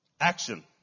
Action